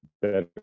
better